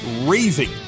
raising